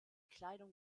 kleidung